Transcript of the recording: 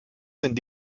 sind